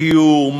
דיור,